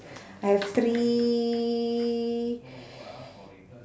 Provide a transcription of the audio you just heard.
I have three